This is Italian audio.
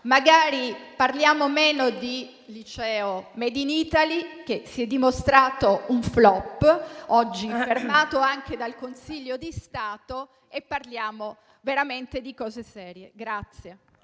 magari parliamo meno di liceo *made in Italy*, che si è dimostrato un *flop*, oggi fermato anche dal Consiglio di Stato, e parliamo veramente di cose serie.